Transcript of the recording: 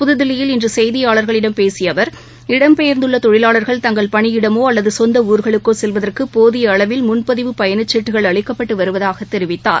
புதுதில்லியில் இன்றுசெய்தியாளர்களிடம் பேசியஅவர் இடம் பெயர்ந்துள்ளதொழிலாளர்கள் தங்கள் பணியிடமோஅல்லதுசொந்தஊர்களுக்கோசெல்வதற்குபோதியஅளவில் முன்பதிவு பயணச்சீட்டுகள் அளிக்கப்பட்டுவருவதாகவும் தெரிவித்தார்